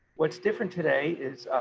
what's different today is